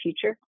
future